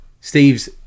Steve's